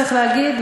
צריך להגיד,